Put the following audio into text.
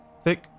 thick